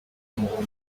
n’umuhungu